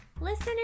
Listener